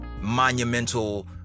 monumental